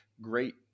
great